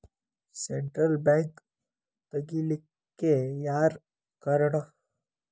Central bank ತಗಿಲಿಕ್ಕೆಯಾರ್ ಕಾರಣಾ?